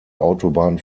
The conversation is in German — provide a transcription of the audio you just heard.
autobahn